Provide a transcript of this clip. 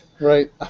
right